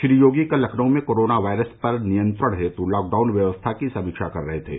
श्री योगी कल लखनऊ में corona virus पर नियंत्रण हेत् लॉकडाउन व्यवस्था की समीक्षा कर रहे थे